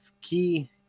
key